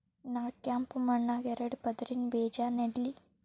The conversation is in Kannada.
ನಾ ಕೆಂಪ್ ಮಣ್ಣಾಗ ಎರಡು ಪದರಿನ ಬೇಜಾ ನೆಡ್ಲಿ?